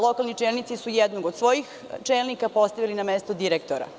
Lokalni čelnici su jednog od svojih čelnika postavili na mesto direktora.